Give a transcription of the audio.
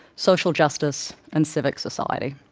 social justice and civic society.